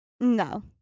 No